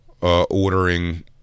ordering